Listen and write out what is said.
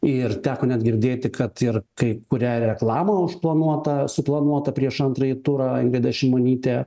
ir teko net girdėti kad ir kai kurią reklamą užplanuotą suplanuotą prieš antrąjį turą ingrida šimonytė